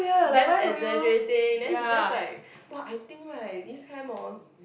damn exaggerating then she's just like !wah! I think right this time horn